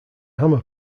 hammer